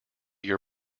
your